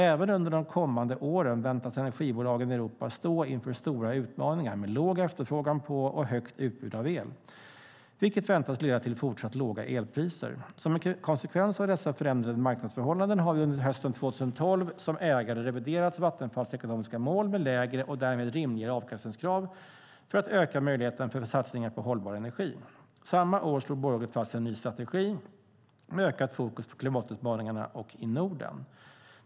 Även under de kommande åren väntas energibolagen i Europa stå inför stora utmaningar med låg efterfrågan på och högt utbud av el, vilket väntas leda till fortsatt låga elpriser. Som en konsekvens av dessa förändrade marknadsförhållanden har vi under hösten 2012 som ägare reviderat Vattenfalls ekonomiska mål med lägre och därmed rimligare avkastningskrav för att öka möjligheterna för satsningar på hållbar energi. Samma år slog bolaget fast en ny strategi med ökat fokus på klimatutmaningar och Norden.